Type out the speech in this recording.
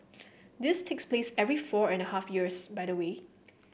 this takes place every four and half years by the way